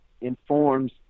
informs